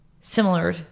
similar